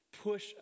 push